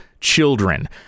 children